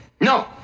No